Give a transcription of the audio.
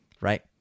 right